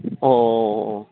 ꯑꯣ ꯑꯣ ꯑꯣ ꯑꯣ